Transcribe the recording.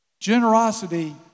Generosity